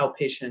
outpatient